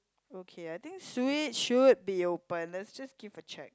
okay I think Switch should be open let's just give a check